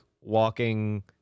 walking –